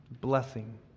blessing